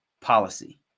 policy